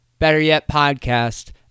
betteryetpodcast